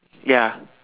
ya